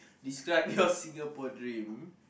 describe your Singapore dream